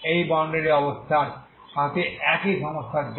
এই বাউন্ডারি অবস্থার সাথে একই সমস্যার জন্য